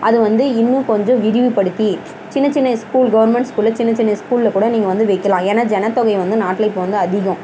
அதை வந்து இன்னும் கொஞ்சம் விரிவுப்படுத்தி சின்ன சின்ன ஸ்கூல் கவுர்மெண்ட் ஸ்கூலில் சின்ன சின்ன ஸ்கூலில் கூட நீங்கள் வந்து வைக்கலாம் ஏன்னா ஜனத்தொகை வந்து நாட்டில் இப்போ வந்து அதிகம்